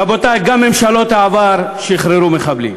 רבותי, גם ממשלות העבר שחררו מחבלים,